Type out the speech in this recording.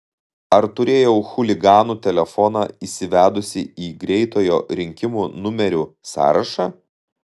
ar turėjau chuliganų telefoną įsivedusi į greitojo rinkimo numerių sąrašą